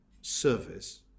service